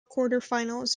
quarterfinals